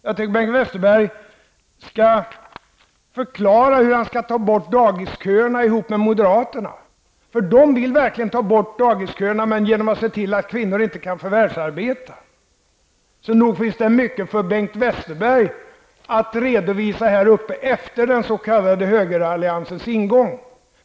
Jag tycker att Bengt Westerberg skall förklara hur han skall ta bort dagisköerna tillsammans med moderaterna. De vill verkligen ta bort dagisköerna, genom att se till att kvinnorna inte kan förvärvsarbeta. Nog finns det mycket för Bengt Westerberg att redovisa efter den s.k. högeralliansens ingång.